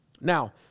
Now